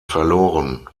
verloren